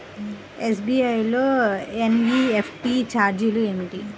SBI లో NEFT ఛార్జీలు ఏమిటి?